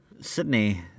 Sydney